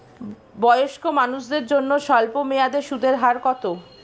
বয়স্ক মানুষদের জন্য স্বল্প মেয়াদে সুদের হার কত?